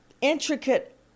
intricate